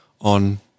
on